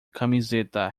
camiseta